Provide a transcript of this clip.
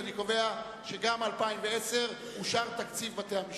אני קובע שגם ל-2010 אושר תקציב בתי-משפט.